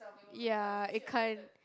ya it kind